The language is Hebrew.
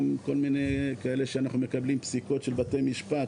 גם כל מיני כאלה שאנחנו מקבלים פסיקות של בתי משפט,